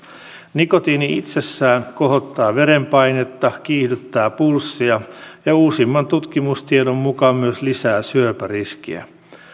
nikotiini itsessään kohottaa verenpainetta kiihdyttää pulssia ja uusimman tutkimustiedon mukaan myös lisää syöpäriskiä